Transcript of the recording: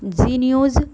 Z news